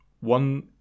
one